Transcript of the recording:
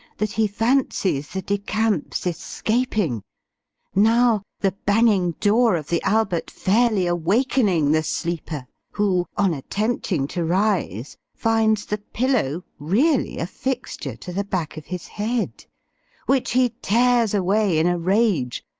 that he fancies the de camps escaping now, the banging door of the albert fairly awakening the sleeper who, on attempting to rise, finds the pillow really a fixture to the back of his head which he tears away, in a rage,